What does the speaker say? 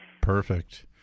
Perfect